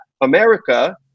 America